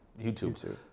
YouTube